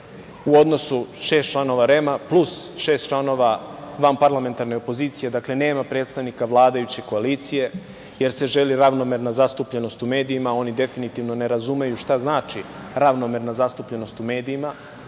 u odnosu šest članova REM-a plus šest članova vanparlamentarne opozicije, dakle, nema predstavnika vladajuće koalicije jer se želi ravnomerna zastupljenost u medijima a oni definitivno ne razumeju šta znači ravnomerna zastupljenost u medijima.